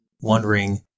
wondering